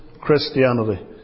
Christianity